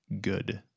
good